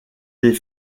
des